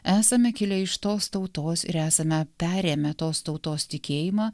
esame kilę iš tos tautos ir esame perėmę tos tautos tikėjimą